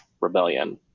rebellion